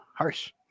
Harsh